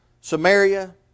Samaria